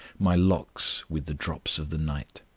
my locks with the drops of the night.